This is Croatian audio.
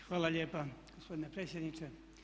Hvala lijepa gospodine predsjedniče.